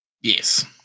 Yes